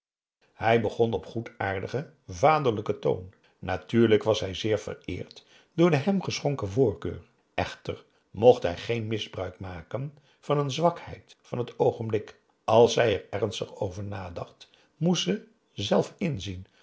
hij begon op goedaardigen vaderlijken toon natuurlijk was hij zeer vereerd door de hem geschonken voorkeur echter mocht hij geen misbruik maken van een zwakheid van het oogenblik als zij er ernstig over nadacht moest ze zelf inzien